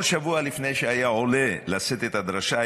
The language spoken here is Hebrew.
כל שבוע לפני שהיה עולה לשאת את הדרשה,